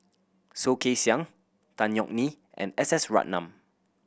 Soh Kay Siang Tan Yeok Nee and S S Ratnam